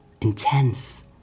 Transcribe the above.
intense